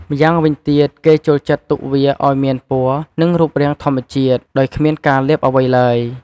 ម្យ៉ាងវិញទៀត គេចូលចិត្តទុកវាឲ្យមានពណ៌ និងរូបរាងធម្មជាតិ ដោយគ្មានការលាបអ្វីឡើយ។